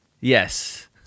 Yes